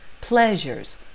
pleasures